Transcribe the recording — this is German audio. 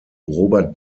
robert